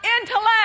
intellect